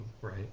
right